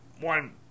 one